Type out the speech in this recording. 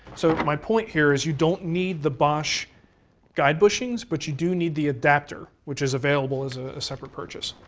so, my point here is you don't need the bosch guide bushings, but you do need the adapter, which is available as a separate purchase.